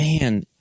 Man